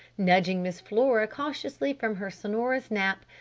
nudging miss flora cautiously from her sonorous nap,